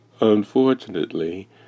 unfortunately